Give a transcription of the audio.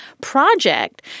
project